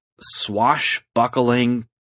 swashbuckling